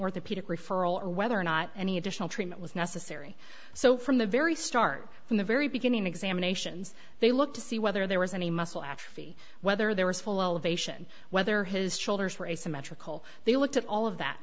orthopedic referral or whether or not any additional treatment was necessary so from the very start from the very beginning examinations they look to see whether there was any muscle atrophy whether there was follow of ation whether his shoulders were asymmetrical they looked at all of that